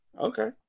Okay